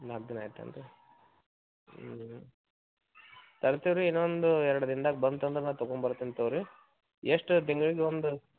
ನಾಲ್ಕು ದಿನ ಆಯ್ತೇನು ರೀ ತರ್ತೀವಿ ರೀ ಇನ್ನೊಂದು ಎರಡು ದಿನ್ದಾಗ ಬಂತು ಅಂದ್ರೆ ನಾ ತಗೊಂಬರ್ತೀನಿ ತಗೋ ರೀ ಎಷ್ಟು ತಿಂಗ್ಳಿಗೆ ಒಂದು